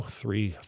three